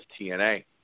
TNA